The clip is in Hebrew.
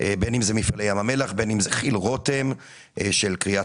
לא משנה אם זה מפעלי ים המלח או אם זה כי"ל רותם כי כולם